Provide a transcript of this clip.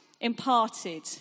imparted